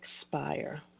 expire